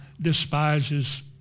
despises